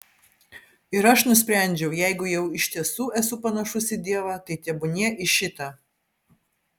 ir aš nusprendžiau jeigu jau iš tiesų esu panašus į dievą tai tebūnie į šitą